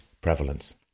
prevalence